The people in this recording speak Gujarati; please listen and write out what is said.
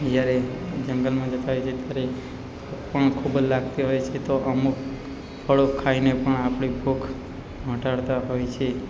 જ્યારે જંગલમાં જતાં હોય છે ત્યારે પણ ખૂબ જ લાગતી હોય છે તો અમુક ફળો ખાઈને પણ આપણી ભૂખ મટાળતા હોય છે